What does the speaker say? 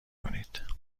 کنید